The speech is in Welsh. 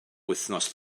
wythnos